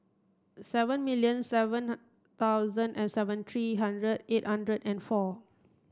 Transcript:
seven million seven thousand and seventy three hundred eight hundred and four